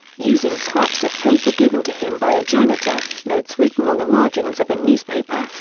using scraps of paper given to him by a janitor, notes written on the margins of a newspaper,